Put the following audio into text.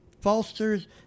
fosters